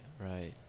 right